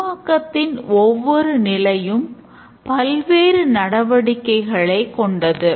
உருவாக்கத்தின் ஒவ்வொரு நிலையும் பல்வேறு நடவடிக்கைகளை கொண்டது